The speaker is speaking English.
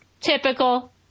Typical